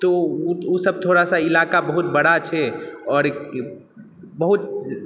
तऽ ओसब थोड़ा सा ईलाका बहुत बड़ा छै आओर बहुत